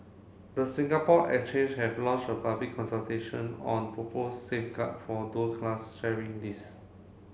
the Singapore Exchange has launched a public consultation on propose safeguard for dual class sharing list